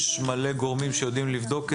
יש מלא גורמים שיודעים לבדוק את זה.